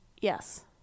Yes